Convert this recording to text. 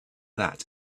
that